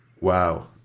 Wow